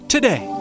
Today